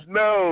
no